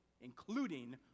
including